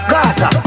Gaza